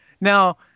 Now